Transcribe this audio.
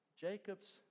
Jacob's